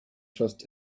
trust